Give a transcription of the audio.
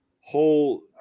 whole